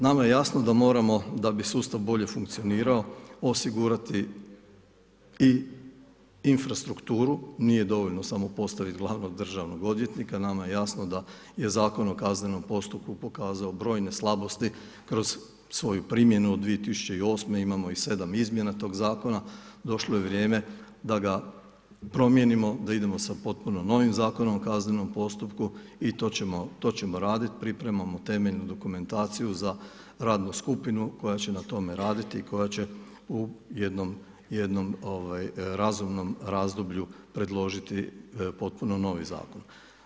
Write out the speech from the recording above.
Nama je jasno da moramo, da bi sustav bolje funkcionirao osigurati i infrastrukturu, nije dovoljno samo postavit glavnog državnog odvjetnika, nama je jasno da je Zakon o kaznenom postupku pokazao brojne slabosti kroz svoju primjenu, 2008. imamo i 7 izmjena tog zakona, došlo je vrijeme da ga promijenimo, da idemo sa potpuno novim Zakonom o kaznenom postupku i to ćemo radit, pripremamo temeljnu dokumentaciju za radnu skupinu koja će na tome raditi i koja će u jednom razumnom razdoblju predložiti potpuno novi zakon.